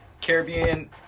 caribbean